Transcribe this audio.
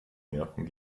nerven